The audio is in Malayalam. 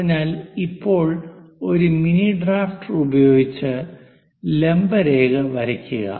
അതിനാൽ ഇപ്പോൾ ഒരു മിനി ഡ്രാഫ്റ്റർ ഉപയോഗിച്ച് ലംബ രേഖ വരയ്ക്കുക